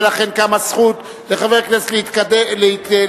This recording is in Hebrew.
ולכן קמה זכות לחבר כנסת להתנגד,